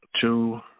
two